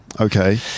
Okay